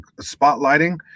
spotlighting